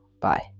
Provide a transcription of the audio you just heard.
Bye